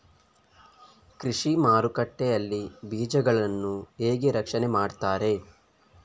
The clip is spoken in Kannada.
ಕೃಷಿ ಮಾರುಕಟ್ಟೆ ಯಲ್ಲಿ ಬೀಜಗಳನ್ನು ಹೇಗೆ ರಕ್ಷಣೆ ಮಾಡ್ತಾರೆ?